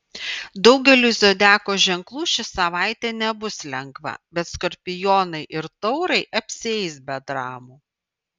daugeliui zodiako ženklų ši savaitė nebus lengva bet skorpionai ir taurai apsieis be dramų